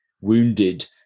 wounded